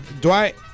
Dwight